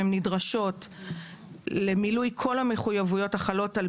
נדרשות למילוי כל המחויבויות החלות על